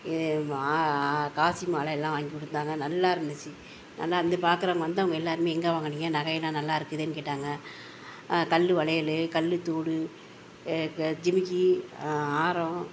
இ காசு மாலை எல்லாம் வாங்கி கொடுத்தாங்க நல்லா இருந்துச்சு நல்லாயிருந்து பார்க்கறம் வந்தவங்க எல்லாருமே எங்கே வாங்கினீங்க நகையெல்லாம் நல்லா இருக்குதேன்னு கேட்டாங்க கல் வளையல் கல் தோடு ஜிமிக்கி ஆரம்